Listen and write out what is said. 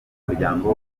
umuryango